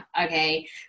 okay